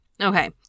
Okay